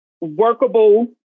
workable